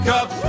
Cup